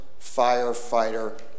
firefighter